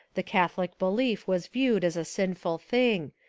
the catholic belief was viewed as a sinful thing,